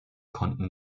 konnten